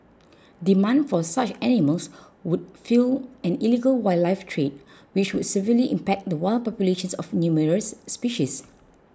demand for such animals would fuel an illegal wildlife trade which would severely impact the wild populations of numerous species